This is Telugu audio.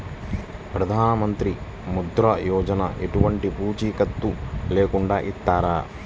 ప్రధానమంత్రి ముద్ర యోజన ఎలాంటి పూసికత్తు లేకుండా ఇస్తారా?